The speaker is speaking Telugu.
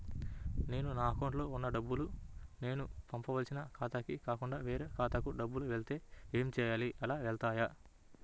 నేను నా అకౌంట్లో వున్న డబ్బులు నేను పంపవలసిన ఖాతాకి కాకుండా వేరే ఖాతాకు డబ్బులు వెళ్తే ఏంచేయాలి? అలా వెళ్తాయా?